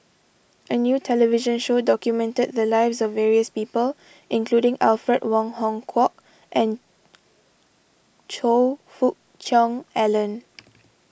a new television show documented the lives of various people including Alfred Wong Hong Kwok and Choe Fook Cheong Alan